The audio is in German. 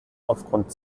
aufgrund